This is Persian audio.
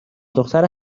دختر